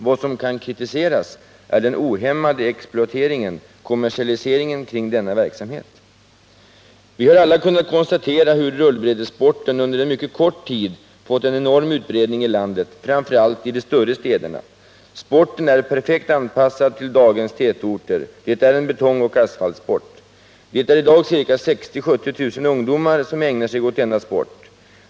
Vad som kan kritiseras är den ohämmade exploateringen, kommersialiseringen kring denna verksamhet. Vi har alla kunnat konstatera hur rullbrädessporten under en mycket kort tid fått en enorm utbredning i landet, framför allt i de större städerna. Sporten är perfekt anpassad till dagens tätorter, det är en betongoch asfaltsport. 60 000 ä 70 000 ungdomar ägnar sig åt denna sport.